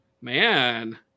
man